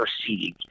perceived